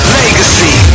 legacy